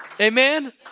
amen